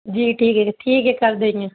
جی ٹھیک ہے ٹھیک ہے کر دیں گے